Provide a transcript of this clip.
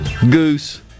Goose